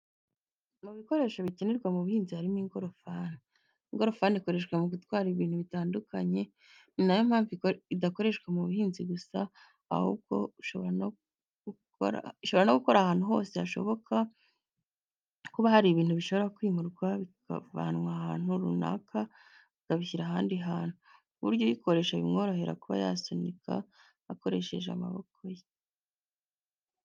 Mu bikoresho bikenerwa mu buhinzi harimo n'ingorofani. Ingorofani ikoreshwa mu gutwara ibintu bitandukanye ni nayo mpamvu idakoreshwa mu buhinzi gusa ahubwo ishobora no gukora ahantu hose hashobora kuba hari ibintu bishobora kwimurwa bikavanwa ahantu runaka bakabishyira ahandi hantu, ku buryo uyikoresha bimworohera kuba yasunika akoresheje amaboko ye.